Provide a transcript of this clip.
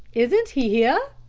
isn't here?